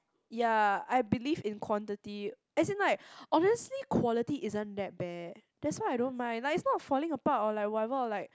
ya I believe in quantity as like in obviously quality isn't that bad that's why I don't mind like it's not falling or like or whatever like